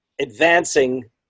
advancing